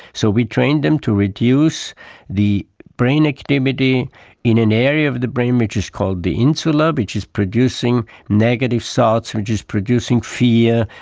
so we trained them to reduce the brain activity in an area of the brain which is called the insular which is producing negative thoughts, which is producing fear,